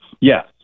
Yes